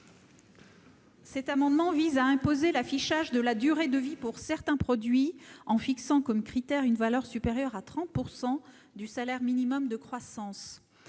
Cet amendement vise à imposer l'affichage de la durée de vie pour certains produits, en fixant comme critère une valeur supérieure à 30 % du salaire minimum interprofessionnel